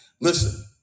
Listen